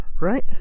right